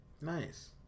Nice